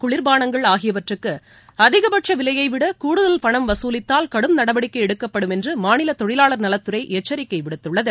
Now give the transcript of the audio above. குளிர்பானங்கள் ஆகியவற்றுக்கு அதிகபட்ச விலையைவிட கூடுதல் பணம் வசூலித்தால் கடும் நடவடிக்கை எடுக்கப்படும் என்று மாநில தொழிலாளர் நலத்துறை எச்சரிக்கை விடுத்துள்ளது